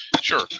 Sure